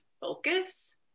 focus